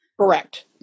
Correct